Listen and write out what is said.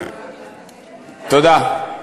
תודה.